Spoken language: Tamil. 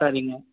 சரிங்க